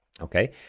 Okay